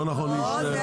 לא נכון.